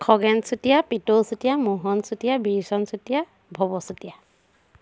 Khagen Chutia Pitou Chutia Mohan Chutia Biricharan Chutia Bhaba Chutia